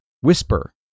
whisper